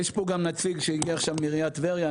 יש פה גם נציג שהגיע עכשיו מעיריית טבריה,